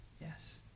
Yes